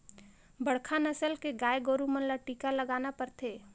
बड़खा नसल के गाय गोरु मन ल टीका लगाना परथे